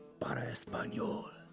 but espanol,